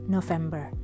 November